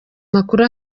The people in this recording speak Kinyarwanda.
makuru